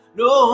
no